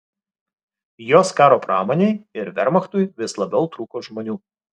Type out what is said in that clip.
jos karo pramonei ir vermachtui vis labiau trūko žmonių